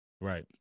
Right